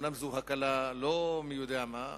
אומנם זאת הקלה לא מי יודע מה,